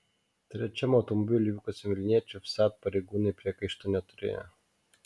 trečiam automobiliu vykusiam vilniečiui vsat pareigūnai priekaištų neturėjo